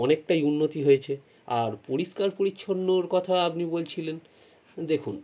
অনেকটাই উন্নতি হয়েছে আর পরিষ্কার পরিচ্ছন্নর কথা আপনি বলছিলেন দেখুন